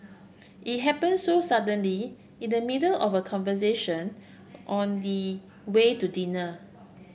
it happen so suddenly in the middle of a conversation on the way to dinner